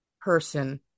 person